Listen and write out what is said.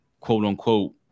quote-unquote